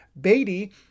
Beatty